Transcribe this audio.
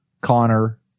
Connor